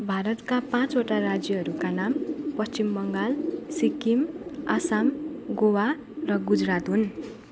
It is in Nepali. भारतका पाँचवटा राज्यहरूका नाम पश्चिम बङ्गाल सिक्किम आसाम गोवा र गुजरात हुन्